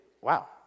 wow